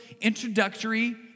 introductory